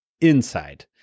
inside